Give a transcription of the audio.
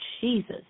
Jesus